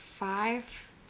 Five